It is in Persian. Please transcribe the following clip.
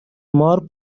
مار